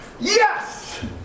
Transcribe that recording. Yes